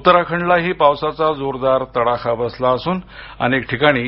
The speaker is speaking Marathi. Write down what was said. उत्तराखंडलाही पावसाचा जोरदार तडाखा बसला असून अनेक ठिकाणी